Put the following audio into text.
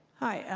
hi.